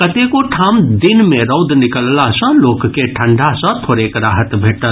कतेको ठाम दिन मे रौद निकलला सॅ लोक के ठंडा सॅ थोड़ेक राहत भेटल